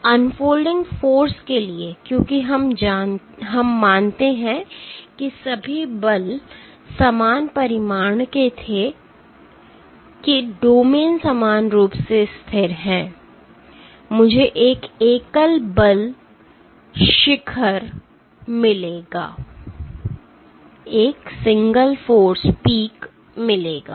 तो unfolding force के लिए क्योंकि हम मानते हैं कि सभी बल समान परिमाण के थे कि डोमेन समान रूप से स्थिर हैं मुझे एक एकल बल शिखर सिंगल फोर्स पीकsingle force peak मिलेगा